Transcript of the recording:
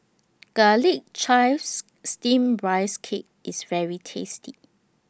Garlic Chives Steamed Rice Cake IS very tasty